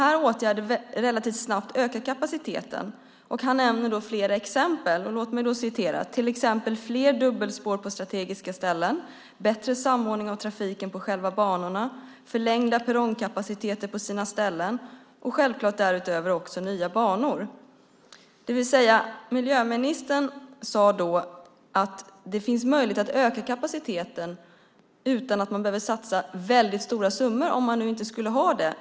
Han nämnde flera exempel, som "fler dubbelspår på strategiska ställen, bättre samordning av trafiken på själva banorna, förlängda perrongkapaciteter på sina ställen och självklart därutöver också nya banor". Vad miljöministern sade var alltså att det finns möjlighet att öka kapaciteten utan att man behöver satsa väldigt stora summor, om man nu inte skulle ha sådana.